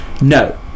No